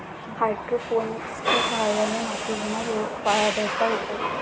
हायड्रोपोनिक्सच्या सहाय्याने मातीविना रोपं वाढवता येतात